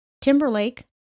Timberlake